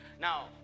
now